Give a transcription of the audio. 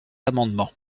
amendement